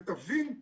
ותבין,